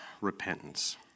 repentance